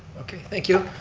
okay thank you.